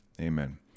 Amen